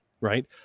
right